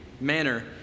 manner